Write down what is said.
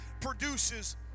produces